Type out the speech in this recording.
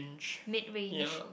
mid range